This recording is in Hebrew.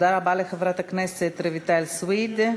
תודה רבה לחברת הכנסת רויטל סויד.